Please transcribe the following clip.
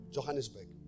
Johannesburg